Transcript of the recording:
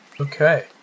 Okay